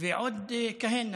ועוד כהנה.